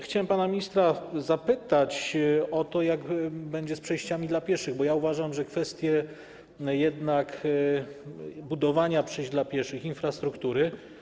Chciałem pana ministra zapytać o to, jak będzie z przejściami dla pieszych, bo uważam, że kwestie budowania przejść dla pieszych, infrastruktury.